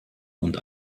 und